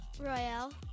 Royale